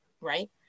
right